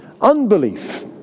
Unbelief